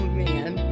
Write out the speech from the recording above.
man